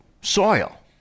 soil